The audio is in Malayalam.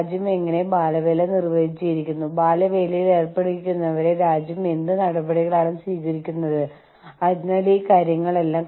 കൂടാതെ കാമ്പ കോള പ്രാദേശിക ബ്രാൻഡായിരുന്നു ക്ഷമിക്കണം കൊക്കകോളയുടെയും പെപ്സിയുടെയും പ്രാദേശിക തത്തുല്യമായതായിരുന്നു